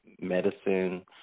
medicine